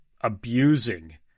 abusing